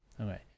Okay